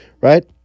right